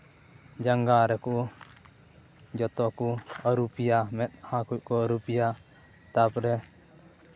ᱡᱟᱸᱜᱟ ᱨᱮᱠᱚ ᱡᱚᱛᱚ ᱠᱚ ᱟᱹᱨᱩᱵᱮᱭᱟ ᱢᱮᱫᱦᱟ ᱠᱚᱠᱚ ᱟᱹᱨᱩᱵᱮᱭᱟ ᱛᱟᱨᱯᱚᱨᱮ